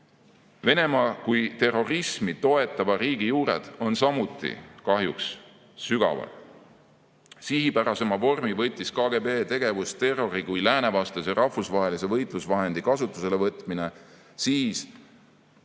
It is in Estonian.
Venemaa kui terrorismi toetava riigi juured on samuti kahjuks sügaval. Sihipärasema vormi võttis KGB tegevus terrori kui läänevastase rahvusvahelise võitlusvahendi kasutuselevõtmine siis, kui